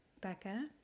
becca